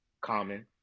Common